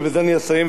ובזה אני אסיים,